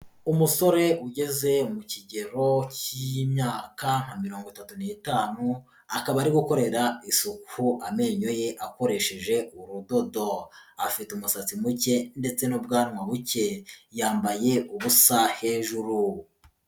Umusore ugeze mu kigero y'imyaka nka mirongo itatu n'itanu, akaba ari gukorera isuku amenyo ye akoresheje urudodo, afite umusatsi muke ndetse n'ubwanwa buke, yambaye ubusa hejuru.